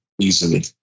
easily